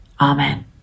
Amen